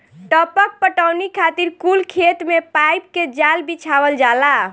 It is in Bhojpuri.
टपक पटौनी खातिर कुल खेत मे पाइप के जाल बिछावल जाला